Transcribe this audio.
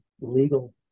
legal